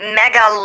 mega